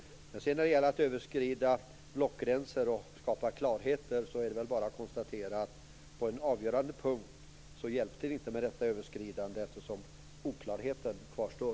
När det gäller att överskrida blockgränser och skapa klarheter är det väl bara att konstatera att det på en avgörande punkt inte hjälpte med detta överskridande eftersom oklarheten kvarstår.